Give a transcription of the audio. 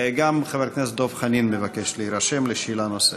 גם חבר הכנסת דב חנין מבקש להירשם לשאלה נוספת.